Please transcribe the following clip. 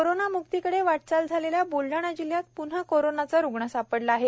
corona मुक्तीकडे वाटचाल झालेल्या ब्लडाणा जिल्ह्यात प्न्हा कोरोंनाचा रुग्ण सापडला आहे